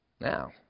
Now